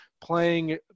playing